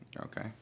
Okay